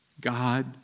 God